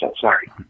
Sorry